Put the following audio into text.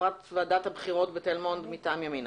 חברת ועדת בחירות בתל מונד מטעם ימינה.